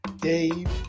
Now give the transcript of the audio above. Dave